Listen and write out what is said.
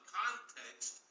context